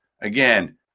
again